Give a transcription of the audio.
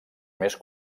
més